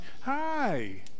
Hi